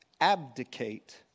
abdicate